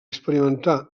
experimentar